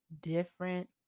different